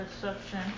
Perception